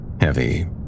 Heavy